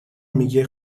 میگه